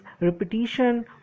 repetition